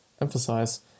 emphasize